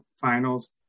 finals